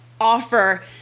offer